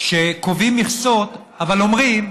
שקובעים מכסות, אבל אומרים: